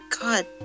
God